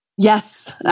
Yes